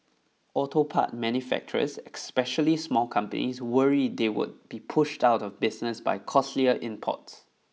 auto part manufacturers especially small companies worry they would be pushed out of business by costlier imports